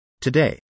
Today